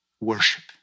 worship